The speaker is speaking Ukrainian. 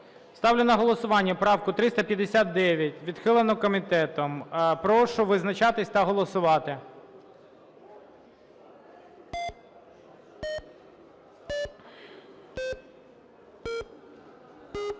Ставлю на голосування правку 359. Відхилено комітетом. Прошу визначатись та голосувати. 15:43:27